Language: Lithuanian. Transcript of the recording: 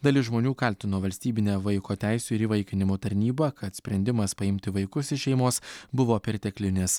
dalis žmonių kaltino valstybinę vaiko teisių ir įvaikinimo tarnybą kad sprendimas paimti vaikus iš šeimos buvo perteklinis